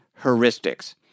heuristics